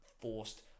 forced